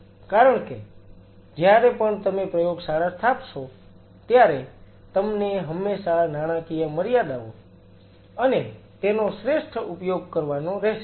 કારણ કે જયારે પણ તમે પ્રયોગશાળા સ્થાપશો ત્યારે તમને હંમેશા નાણાકીય મર્યાદાઓ અને તેનો શ્રેષ્ઠ ઉપયોગ કરવાનો રહેશે